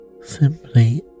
simply